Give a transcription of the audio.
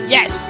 Yes